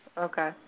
Okay